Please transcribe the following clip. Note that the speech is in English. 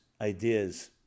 ideas